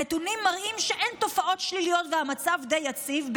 הנתונים מראים שאין תופעות שליליות והמצב די יציב,